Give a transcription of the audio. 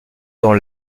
dans